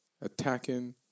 attacking